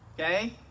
Okay